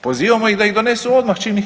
Pozivamo ih da ih donesu odmah čim ih